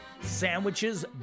sandwiches